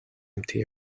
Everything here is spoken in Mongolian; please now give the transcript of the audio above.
амьтан